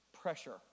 pressure